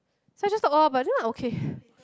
so I just talk oh but then I okay